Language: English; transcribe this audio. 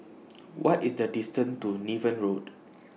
What IS The distance to Niven Road